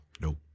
Nope